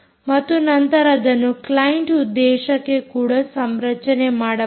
ಮತ್ತು ನಂತರ ಅದನ್ನು ಕ್ಲೈಂಟ್ ಉದ್ದೇಶಕ್ಕೆ ಕೂಡ ಸಂರಚನೆ ಮಾಡಬಹುದು